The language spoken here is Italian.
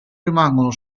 rimangono